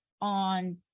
on